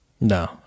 No